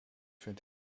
vind